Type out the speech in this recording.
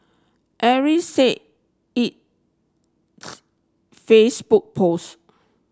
Ares said its Facebook post